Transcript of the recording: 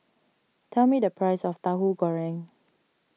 tell me the price of Tahu Goreng